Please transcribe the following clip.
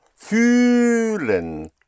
Fühlen